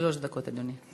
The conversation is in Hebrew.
שלוש דקות, אדוני.